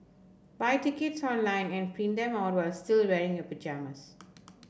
buy tickets online and print them out while still wearing your pyjamas